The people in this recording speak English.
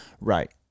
Right